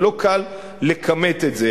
זה לא קל לכמת את זה.